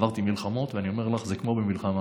עברתי מלחמות, ואני אומר לך, זה כמו במלחמה.